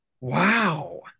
wow